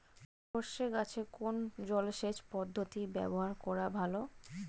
সরষে গাছে কোন জলসেচ পদ্ধতি ব্যবহার করা ভালো?